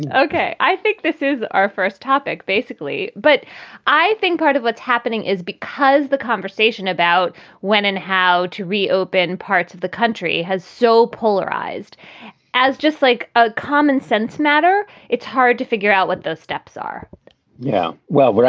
and okay i think this is our first topic, basically. but i think part of what's happening is because the conversation about when and how to reopen parts of the country has so polarized as just like a common sense matter. it's hard to figure out what those steps are yeah, well, right.